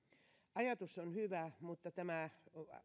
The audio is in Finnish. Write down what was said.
ajatus on hyvä mutta tämä